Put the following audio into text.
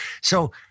So-